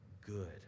good